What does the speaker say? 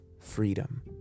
freedom